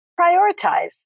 prioritize